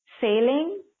sailing